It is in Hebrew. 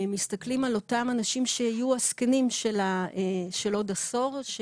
מסתכלים על אותם אנשים שיהיו הזקנים של עוד עשור.